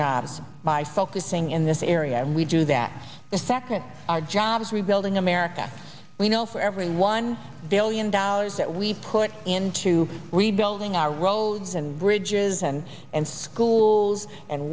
jobs by focusing in this area and we do that the second our jobs rebuilding america we know for every one billion dollars that we put into rebuilding our roads and bridges and and schools and